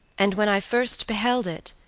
and when i first beheld it,